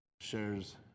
shares